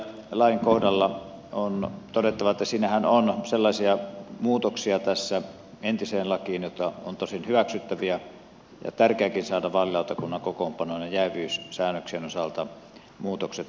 saamelaiskäräjälain kohdalla on todettava että siinähän on entiseen lakiin sellaisia muutoksia jotka ovat tosin hyväksyttäviä ja on tärkeääkin saada vaalilautakunnan kokoonpanon ja jääviyssäännöksien osalta muutokset aikaan